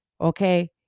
okay